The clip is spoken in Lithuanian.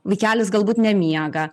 vaikelis galbūt nemiega